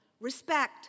respect